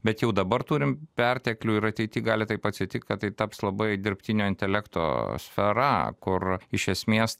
bet jau dabar turim perteklių ir ateity gali taip atsitikti kad tai taps labai dirbtinio intelekto sfera kur iš esmės